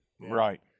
Right